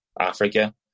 Africa